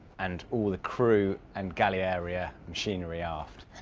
and all the crew and galley area machinery aft,